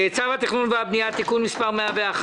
צו התכנון והבניה (תיקון מס' 101)